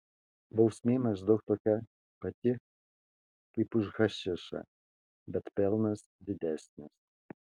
bausmė maždaug tokia pati kaip už hašišą bet pelnas didesnis